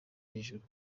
hejuru